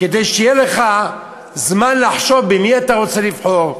כדי שיהיה לך זמן לחשוב במי אתה רוצה לבחור,